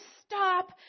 stop